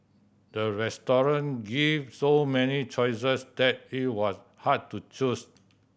the restaurant gave so many choices that it was hard to choose